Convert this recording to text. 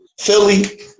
Philly